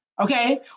okay